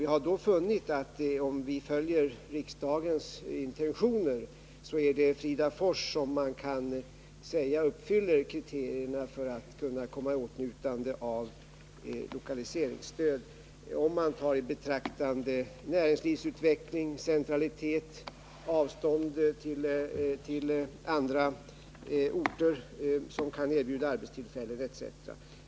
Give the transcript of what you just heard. Vi har då funnit, att om vi följer riksdagens intentioner, är det Fridafors som kan sägas uppfylla kriterierna för åtnjutande av lokaliseringsstöd, dvs. näringslivsutveckling, centralitet, avstånd till andra orter som kan erbjuda arbetstillfällen osv.